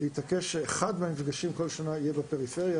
שאחד מהמפגשים כל שנה יהיה בפריפריה.